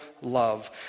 love